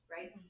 Right